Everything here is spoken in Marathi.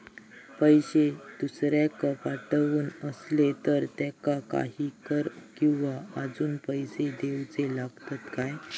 पैशे दुसऱ्याक पाठवूचे आसले तर त्याका काही कर किवा अजून पैशे देऊचे लागतत काय?